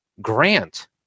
Grant